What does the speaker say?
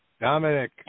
Dominic